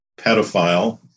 pedophile